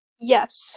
Yes